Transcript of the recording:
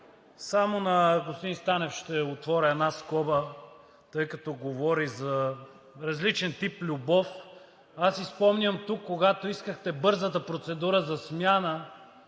Само на господин Станев ще отворя една скоба, тъй като говори за различен тип любов. Аз си спомням тук, когато искахте бързата процедура за смяна